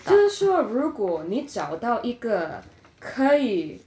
就是说如果你找到一个可以